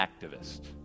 activist